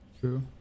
True